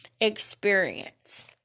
experience